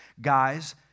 guys